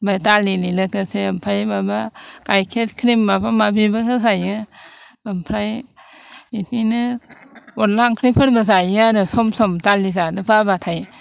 ओमफाय दालिनि लोगोसे ओमफाय माबा गायखेर क्रिम माबा माबिबो होफायो ओमफ्राय बेदिनो अनद्ला ओंख्रिफोरबो जायो आरो सम सम दालि जानो बाब्लाथाय